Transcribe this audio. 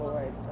Lord